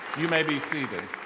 you may be seated.